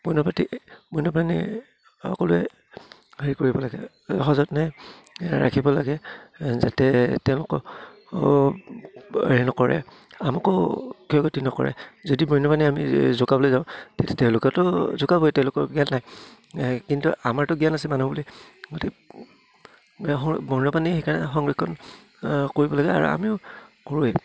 বন্যপ্ৰাণী বন্যপ্ৰাণী সকলোৱে হেৰি কৰিব লাগে সজতনে ৰাখিব লাগে যাতে তেওঁলোক হেৰি নকৰে আমাকো ক্ষয়ক্ষতি নকৰে যদি বন্যপ্ৰাণী আমি জোকাবলৈ যাওঁ তেতিয়া তেওঁলোকেতো জোকাবই তেওঁলোকৰ জ্ঞান নাই কিন্তু আমাৰতো জ্ঞান আছে মানুহ বুলি গতিকে বন্যপ্ৰাণী সেইকাৰণে সংৰক্ষণ কৰিব লাগে আৰু আমিও কৰোঁৱেই